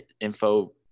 info